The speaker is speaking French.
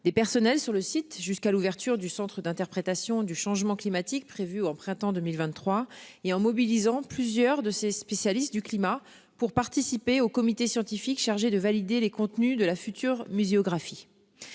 des personnels sur le site jusqu'à l'ouverture du Centre d'interprétation du changement climatique, prévue au printemps 2023 et en mobilisant plusieurs de ses spécialistes du climat pour participer au comité scientifique chargé de valider les contenus de la future muséographie.